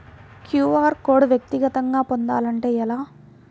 QR code వ్యక్తిగతంగా పొందాలంటే ఎలా?